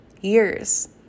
years